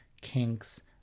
kinks